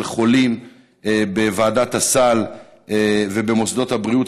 חולים בוועדת הסל ובמוסדות הבריאות.